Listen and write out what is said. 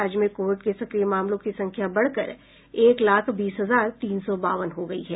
राज्य में कोविड के सक्रिय मामलों की संख्या बढ़कर एक लाख बीस हजार तीन सौ बावन हो गयी है